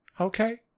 Okay